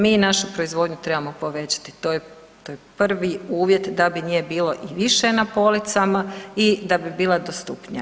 Mi našu proizvodnju trebamo povećati, to je, to je prvi uvjet da bi nje bilo i više na policama i da bi bila dostupnija.